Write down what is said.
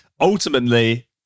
ultimately